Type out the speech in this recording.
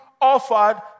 offered